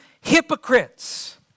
hypocrites